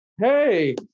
hey